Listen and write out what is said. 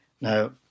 Now